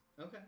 Okay